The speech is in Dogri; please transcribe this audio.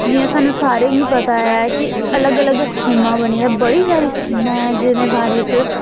जि'यां सानूं सारें गी पता ऐ कि अलग अलग स्कीमां बनी दियां बड़ी सारी स्कीमां ऐ जेह्दे बारे च